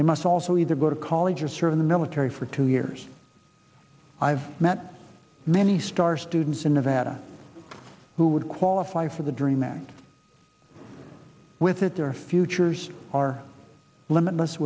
they must also either go to college or serve in the military for two years i've met many star students in nevada who would qualify for the dream and with it their futures are limitless